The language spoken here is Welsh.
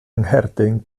ngherdyn